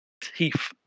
teeth